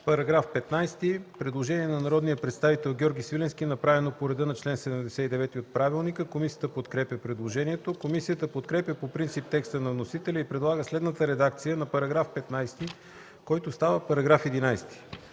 предложението. Предложение на народния представител Георги Свиленски, направено по реда на чл. 79 от правилника. Комисията подкрепя предложението. Комисията подкрепя по принцип текста на вносителя и предлага следната редакция за чл. 76, който става чл.